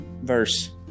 Verse